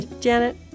Janet